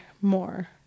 more